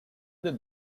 did